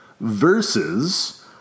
versus